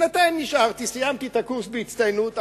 בינתיים נשארתי וסיימתי את הקורס בהצטיינות.